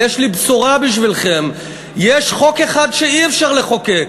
ויש לי בשורה בשבילכם, יש חוק אחד שאי-אפשר לחוקק: